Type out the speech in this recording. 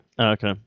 okay